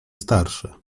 starsze